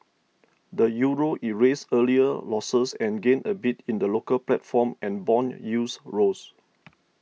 the Euro erased earlier losses and gained a bit in the local platform and bond use rose